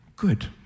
Good